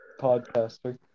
podcaster